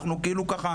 אנחנו כאילו ככה,